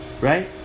right